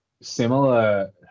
similar